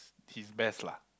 he's best lah